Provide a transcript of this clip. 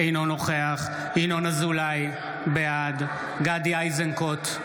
אינו נוכח ינון אזולאי, בעד גדי איזנקוט,